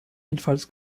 jedenfalls